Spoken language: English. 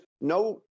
no